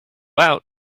out